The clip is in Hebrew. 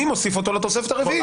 אני מוסיף אותו לתוספת הרביעית.